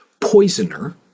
poisoner